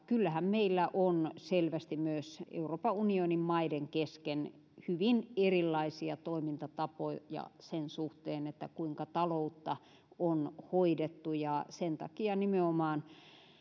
kyllähän meillä on selvästi myös euroopan unionin maiden kesken hyvin erilaisia toimintatapoja sen suhteen kuinka taloutta on hoidettu sen takia nimenomaan